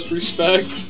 respect